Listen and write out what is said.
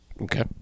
Okay